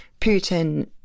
Putin